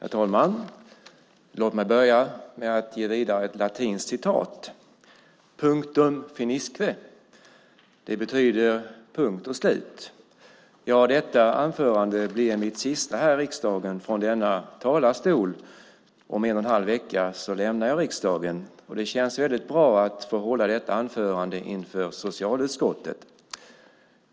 Herr talman! Låt mig börja med att ge vidare ett latinskt citat: Punctum finisque. Det betyder punkt och slut. Ja, detta anförande blir mitt sista här i riksdagen från denna talarstol - om en och en halv vecka lämnar jag riksdagen - och det känns väldigt bra att få hålla detta anförande inför socialutskottet.